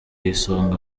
isonga